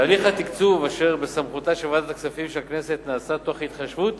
תהליך התקצוב אשר בסמכותה של ועדת הכספים של הכנסת נעשה תוך התחשבות